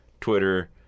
Twitter